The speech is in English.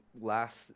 last